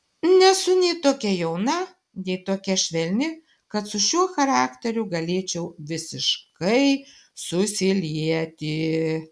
nesu nei tokia jauna nei tokia švelni kad su šiuo charakteriu galėčiau visiškai susilieti